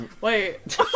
Wait